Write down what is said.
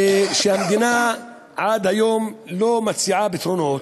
והמדינה עד היום לא מציעה פתרונות,